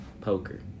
poker